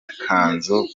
ikanzu